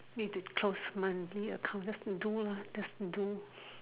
need to close monthly account just to do lah just to do